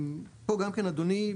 פה גם כן אדוני,